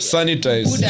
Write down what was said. Sanitize